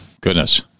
Goodness